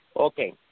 Okay